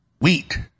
wheat